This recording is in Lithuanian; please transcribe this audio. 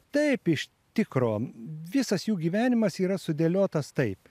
taip iš tikro visas jų gyvenimas yra sudėliotas taip